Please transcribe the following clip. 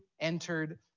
entered